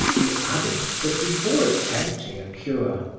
he added that before attempting a cure,